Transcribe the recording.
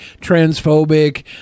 transphobic